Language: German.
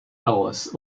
aus